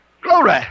Glory